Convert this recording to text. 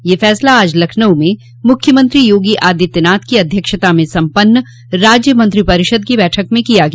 यह फैसला आज लखनऊ में मुख्यमंत्री योगी आदित्यनाथ की अध्यक्षता में सम्पन्न राज्य मंत्रिपरिषद की बैठक में किया गया